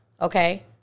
okay